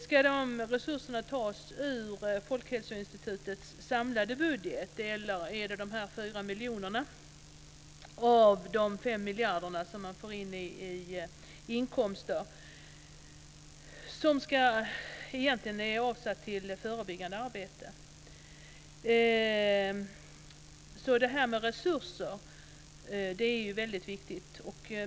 Ska resurserna tas ur Folkhälsoinstitutets samlade budget, eller ska man ta de 4 miljonerna av de 5 miljarder som man får in som inkomster och som egentligen är avsatta för förebyggande arbete? Detta med resurser är väldigt viktigt.